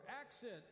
accent